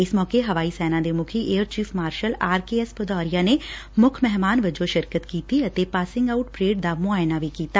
ਇਸ ਮੌਕੇ ਹਵਾਈ ਸੈਨਾ ਦੇ ਮੁੱਖੀ air chief marshal R K S Bhadauria ਨੇ ਮੁੱਖ ਮਹਿਮਾਨ ਵੱਜੋ ਸ਼ਿਰਕਤ ਕੀਤੀ ਅਤੇ ਪਾਸਿੰਗ ਆਊਟ ਪਰੇਡ ਦਾ ਮੁਆਇਨਾ ਕੀਤਾ